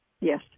yes